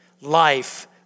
Life